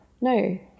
no